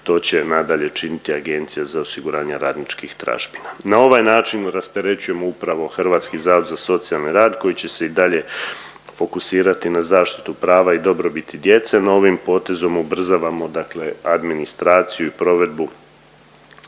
to će nadalje činiti Agencija za osiguranje radničkih tražbina. Na ovaj način rasterećujemo upravo Hrvatski zavod za socijalni rad koji će se i dalje fokusirati na zaštitu prava i dobrobiti djece, no ovim potezom ubrzavamo dakle administraciju i provedbu